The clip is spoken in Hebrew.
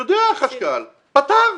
יודע החשכ"ל, פטר,